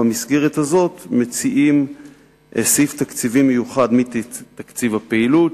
ובמסגרת הזאת מציעים סעיף תקציבי מיוחד מתקציב הפעילות,